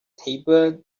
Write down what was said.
table